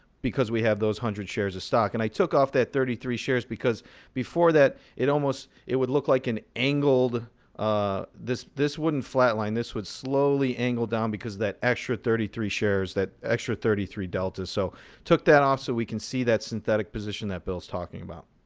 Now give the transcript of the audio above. because we have those one hundred shares of stock. and i took off that thirty three shares, because before that it almost it would look like an angled ah this this wouldn't flatline. this would slowly angle down, because that extra thirty three shares, that extra thirty three delta. so took that off so we can see that synthetic position that bill's talking about.